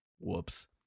Whoops